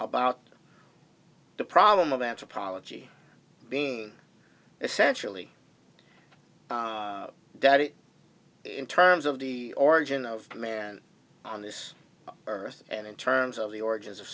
about the problem of anthropology being essentially that it in terms of the origin of man on this earth and in terms of the origins of